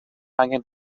angen